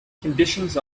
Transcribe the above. conditions